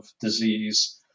disease